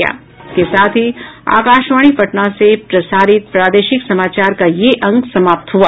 इसके साथ ही आकाशवाणी पटना से प्रसारित प्रादेशिक समाचार का ये अंक समाप्त हुआ